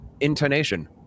intonation